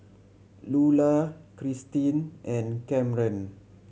Lulah Cristin and Kamren